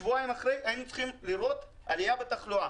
שבועיים לאחר מכן היינו צריכים לראות עלייה בתחלואה,